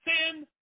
sin